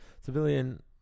civilian